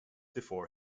before